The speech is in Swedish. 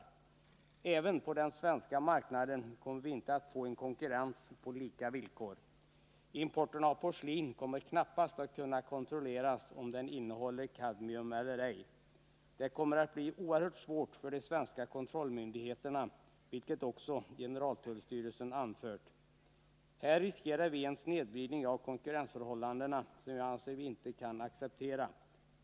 Inte heller på den svenska marknaden kommer vi att få en konkurrens på lika villkor. Man kommer knappast att kunna kontrollera om importerat porslin innehåller kadmium eller ej. Det kommer att bli oerhört svårt för de svenska kontrollmyndigheterna, vilket också generaltullstyrelsen anfört. Här riskerar vi en snedvridning av konkurrensförhållandena som jag anser att vi inte kan acceptera.